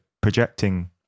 projecting